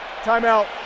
Timeout